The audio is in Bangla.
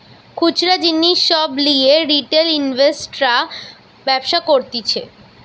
খুচরা জিনিস সব লিয়ে রিটেল ইনভেস্টর্সরা ব্যবসা করতিছে